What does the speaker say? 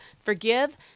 Forgive